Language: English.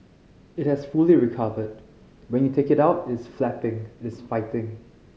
it has fully recovered when you take it out it is flapping it is fighting